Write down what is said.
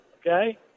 Okay